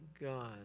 God